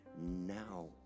now